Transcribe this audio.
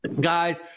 guys